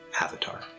avatar